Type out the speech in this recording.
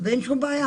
ואין שום בעיה.